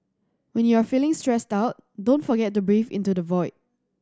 when you are feeling stressed out don't forget to breathe into the void